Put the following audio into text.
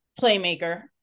playmaker